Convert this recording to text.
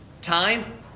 Time